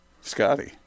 Scotty